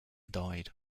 died